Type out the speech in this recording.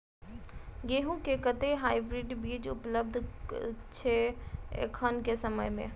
गेंहूँ केँ कतेक हाइब्रिड बीज उपलब्ध छै एखन केँ समय मे?